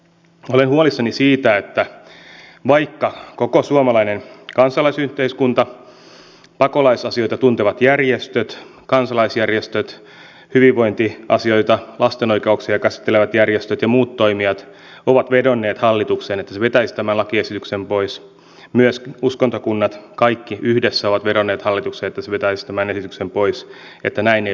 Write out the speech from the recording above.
olen huolissani siitä että vaikka koko suomalainen kansalaisyhteiskunta pakolaisasioita tuntevat järjestöt kansalaisjärjestöt hyvinvointiasioita ja lasten oikeuksia käsittelevät järjestöt ja muut toimijat on vedonnut hallitukseen että se vetäisi tämän lakiesityksen pois myös uskontokunnat kaikki yhdessä ovat vedonneet hallitukseen että se vetäisi tämän esityksen pois niin näin ei ole tehty